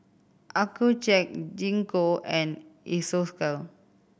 Accucheck Gingko and Isocal